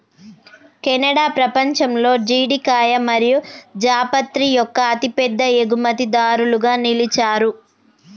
Canada పపంచంలో జీడికాయ మరియు జాపత్రి యొక్క అతిపెద్ద ఎగుమతిదారులుగా నిలిచారు